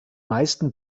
meisten